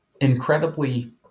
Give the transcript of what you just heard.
incredibly